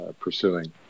pursuing